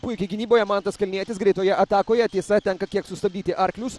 puikiai gynyboje mantas kalnietis greitoje atakoje tiesa tenka kiek sustabdyti arklius